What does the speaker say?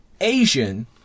Asian